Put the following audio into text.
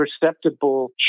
perceptible